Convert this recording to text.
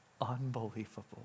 unbelievable